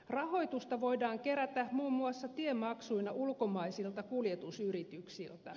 rahoitusta voidaan kerätä muun muassa tiemaksuina ulkomaisilta kuljetusyrityksiltä